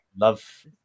love